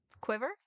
quiver